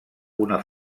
una